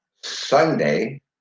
Sunday